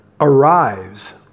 arrives